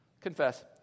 confess